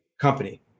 company